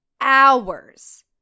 hours